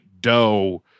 dough